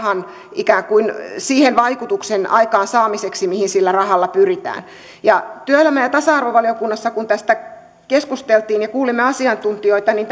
ikään kuin sen vaikutuksen aikaansaamiseksi mihin sillä rahalla pyritään työelämä ja ja tasa arvovaliokunnassa kun tästä keskusteltiin ja kuulimme asiantuntijoita niin